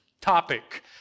topic